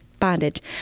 bondage